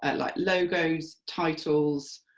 ah like logos, titles,